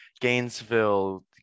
Gainesville